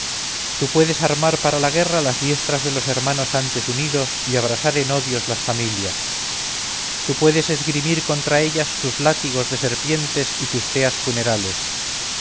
tú puedes armar para la guerra las diestras de los hermanos antes unidos y abrasar en odios las familias tú puedes esgrimir contra ellas tus látigos de serpientes y tus teas funerales